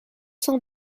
sans